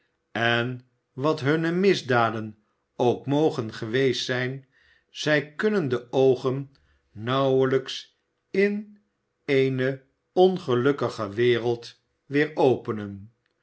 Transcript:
en wat hunne misdaden ook mogen geweest zijn zij kunnen de oogen nauwelijks in eene ongelukkiger wereld weer openen